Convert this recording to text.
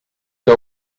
que